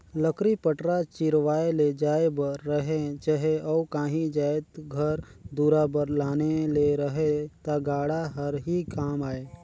लकरी पटरा चिरवाए ले जाए बर रहें चहे अउ काही जाएत घर दुरा बर लाने ले रहे ता गाड़ा हर ही काम आए